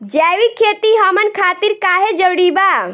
जैविक खेती हमन खातिर काहे जरूरी बा?